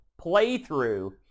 playthrough